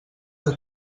que